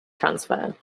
transfer